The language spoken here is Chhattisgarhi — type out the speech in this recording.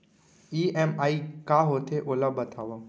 ई.एम.आई का होथे, ओला बतावव